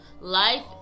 life